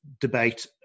debate